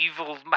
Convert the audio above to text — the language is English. Evil